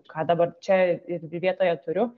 ką dabar čia ir vietoje turiu